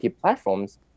platforms